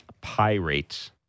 Pirates